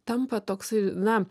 tampa toksai na